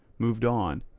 moved on,